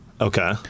Okay